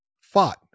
fought